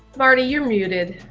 marty, you're muted.